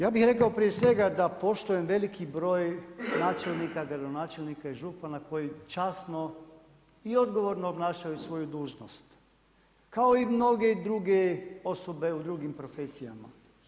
Ja bih rekao prije svega da poštujem veliki broj načelnika, gradonačelnika i župana koji časno i odgovorno obnašaju svoju dužnost, kao i mnoge druge osobe u drugim profesijama.